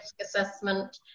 assessment